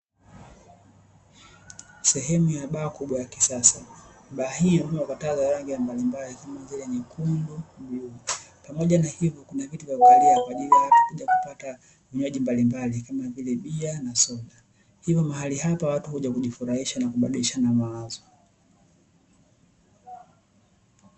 Sehemu ya baa kubwa ya kisasa baa hii ina taa za aina mbalimbali kama vile nyekundu na bluu, pamoja na hiyo kuna viti vya kukalia kwa ajili ya watu kupata vinywaji mbalimbali kama vile bia na soda, hivyo mahali hapa watu huja kujifurahisha na kubadilishana mawazo.